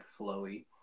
flowy